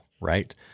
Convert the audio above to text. right